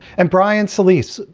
and brian solis,